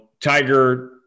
Tiger